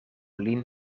lin